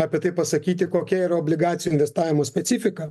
apie tai pasakyti kokia yra obligacijų investavimo specifika